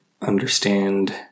understand